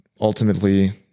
ultimately